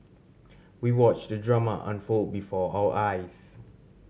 we watch the drama unfold before our eyes